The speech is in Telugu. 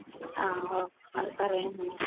ఓకే సరే అండీ